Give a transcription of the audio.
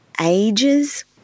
ages